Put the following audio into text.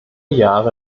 jahre